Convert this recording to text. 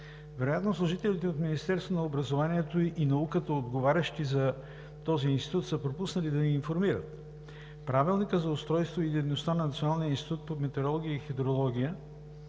Вероятно служителите от Министерството на образованието и науката, отговарящи за този институт, са пропуснали да Ви информират – Правилникът за устройството и дейността на Националния институт по метеорология и хидрология,